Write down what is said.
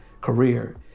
career